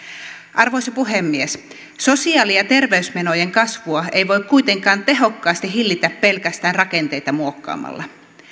arvoisa puhemies sosiaali ja terveysmenojen kasvua ei voi kuitenkaan tehokkaasti hillitä pelkästään rakenteita muokkaamalla